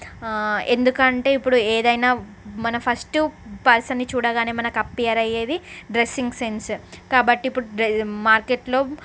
ఆ ఎందుకంటే ఇప్పుడు ఏదయినా మనము ఫస్ట్ పర్సన్ని చూడగానే మనకు అప్పియర్ అయ్యేది డ్రెస్సింగ్ సెన్స్ కాబట్టి ఇప్పుడు మార్కెట్లో